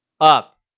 Up